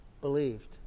believed